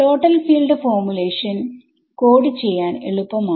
total field ഫോർമുലേഷൻകോഡ്ചെയ്യാൻ എളുപ്പമാണ്